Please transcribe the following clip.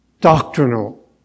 doctrinal